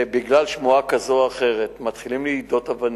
ובגלל שמועה כזו או אחרת מתחילים ליידות אבנים,